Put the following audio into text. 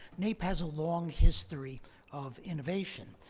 naep has a long history of innovation.